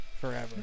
Forever